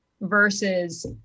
versus